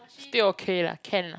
still okay lah can lah